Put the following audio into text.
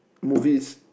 movies